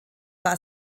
war